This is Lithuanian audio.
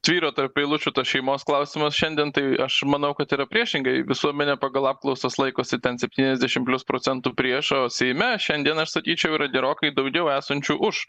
tvyro tarp eilučių tas šeimos klausimas šiandien tai aš manau kad yra priešingai visuomenė pagal apklausas laikosi ten septyniasdešim plius procentų prieš o seime šiandien aš sakyčiau yra gerokai daugiau esančių už